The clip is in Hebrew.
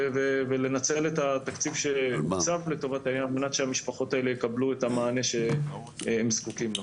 ולנצל את התקציב שפורסם על מנת שהמשפחות יקבלו את המענה שהן זקוקות לו.